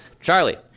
Charlie